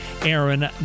Aaron